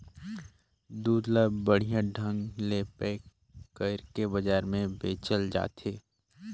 दूद ल बड़िहा ढंग ले पेक कइरके बजार में बेचल जात हे